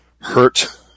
hurt